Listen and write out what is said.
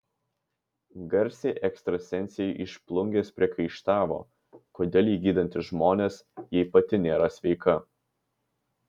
garsiai ekstrasensei iš plungės priekaištavo kodėl ji gydanti žmonės jei pati nėra sveika